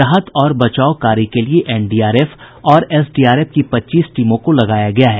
राहत और बचाव कार्य के लिए एनडीआरएफ और एसडीआरएफ की पच्चीस टीमों को लगाया गया है